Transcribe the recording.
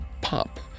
pop